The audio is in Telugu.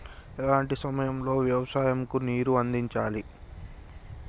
ఎలాంటి సమయం లో వ్యవసాయము కు నీరు అందించాలి?